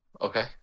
Okay